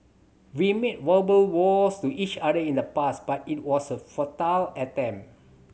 we made verbal vows to each other in the past but it was a futile attempt